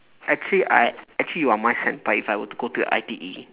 actually I actually you are my senpai if I were to go to I_T_E